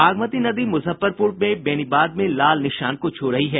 बागमती नदी मुजफ्फरपुर में बेनीबाद में लाल निशान को छू रही है